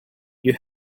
you